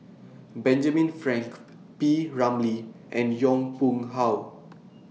Benjamin Frank P Ramlee and Yong Pung How